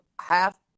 half